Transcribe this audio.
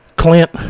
Clint